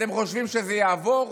אתם חושבים שזה יעבור?